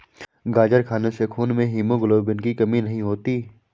गाजर खाने से खून में हीमोग्लोबिन की कमी नहीं होती